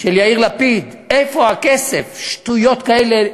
של יאיר לפיד, "איפה הכסף?" שטויות כאלה.